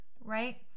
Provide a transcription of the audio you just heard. right